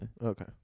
Okay